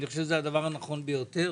אני חושב שזה הדבר הנכון ביותר